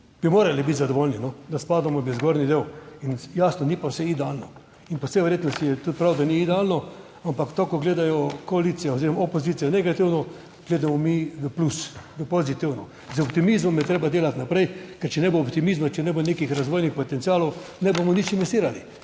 bi morali biti zadovoljni, da spadamo v zgornji del. In jasno, ni pa vse idealno, in po vsej verjetnosti je tudi prav, da ni idealno, ampak tako, ko gledajo koalicija oziroma opozicija negativno, gledamo mi v plus, v pozitivno. Z optimizmom je treba delati naprej, ker če ne bo optimizma, če ne bo nekih razvojnih potencialov, ne bomo nič investirali,